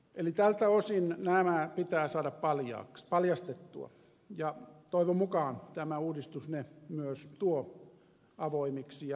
eli tältä osin nämä pitää saada paljastettua ja toivon mukaan tämä uudistus ne myös tuo avoimiksi ja läpinäkyviksi